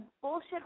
bullshit